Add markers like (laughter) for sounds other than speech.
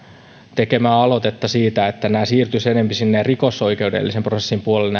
tekemää aloitetta siitä että nämä rikosten karkotukset siirtyisivät enempi sinne rikosoikeudellisen prosessin puolelle (unintelligible)